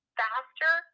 faster